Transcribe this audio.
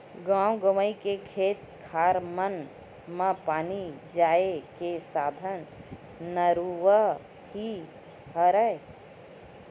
गाँव गंवई के खेत खार मन म पानी जाय के साधन नरूवा ही हरय